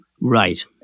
Right